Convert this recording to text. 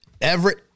Everett